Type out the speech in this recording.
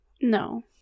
No